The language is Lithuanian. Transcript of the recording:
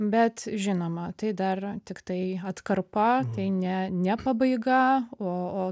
bet žinoma tai dar tiktai atkarpa tai ne ne pabaiga o o